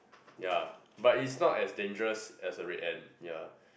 ya but is not as dangerous as a red ant ya